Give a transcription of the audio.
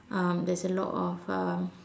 um there's a lot of um